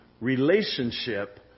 relationship